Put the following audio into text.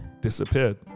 disappeared